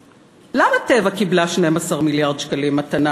למה "טבע" קיבלה 12 מיליארד שקלים מתנה,